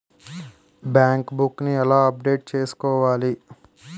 Bank book నీ ఎలా update చేసుకోవాలి?